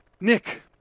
nick